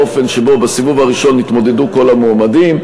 באופן שבו בסיבוב הראשון יתמודדו כל המועמדים.